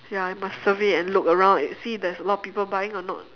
ya you must survey and look around and see if there's a lot people buying or not